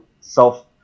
self